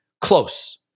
close